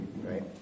Right